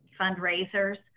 fundraisers